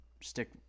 stick